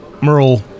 merle